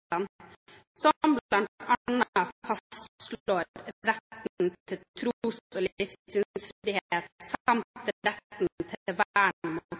fastslår retten til tros- og livssynsfrihet samt retten til